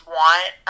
want